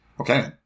Okay